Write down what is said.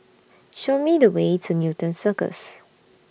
Show Me The Way to Newton Circus